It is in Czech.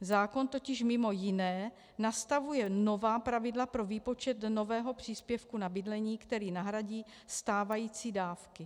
Zákon totiž mimo jiné nastavuje nová pravidla pro výpočet nového příspěvku na bydlení, který nahradí stávající dávky.